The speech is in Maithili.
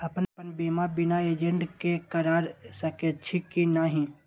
अपन बीमा बिना एजेंट के करार सकेछी कि नहिं?